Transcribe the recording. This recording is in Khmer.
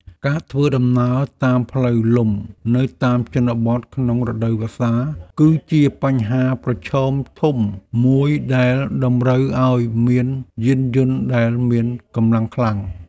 ការធ្វើដំណើរតាមផ្លូវលំនៅតាមជនបទក្នុងរដូវវស្សា គឺជាបញ្ហាប្រឈមធំមួយដែលតម្រូវឱ្យមានយានយន្តដែលមានកម្លាំងខ្លាំង។